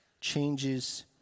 changes